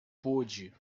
pude